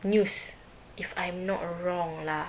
news if I'm not wrong lah